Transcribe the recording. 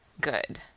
good